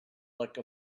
like